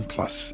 Plus